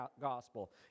gospel